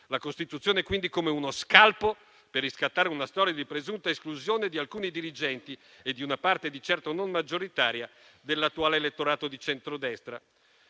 la Costituzione, quindi, come uno scalpo, per riscattare una storia di presunta esclusione di alcuni dirigenti e di una parte di certo non maggioritaria dell'attuale elettorato di centrodestra.